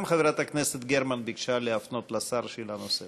גם חברת הכנסת גרמן ביקשה להפנות לשר שאלה נוספת.